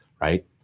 right